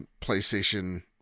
PlayStation